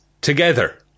together